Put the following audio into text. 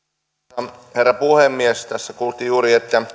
arvoisa herra puhemies tässä kuultiin juuri että